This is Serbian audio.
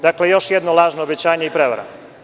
Dakle, još jedno lažno obećanje i prevara.